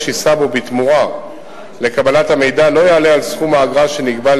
יישא בו בתמורה לקבלת המידע לא יעלה על סכום האגרה שנקבעה